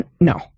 no